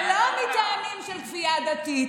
ולא מטעמים של כפייה דתית.